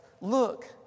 Look